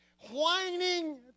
whining